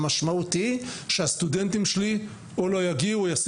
המשמעות היא שהסטודנטים שלי או לא יגיעו או יעשו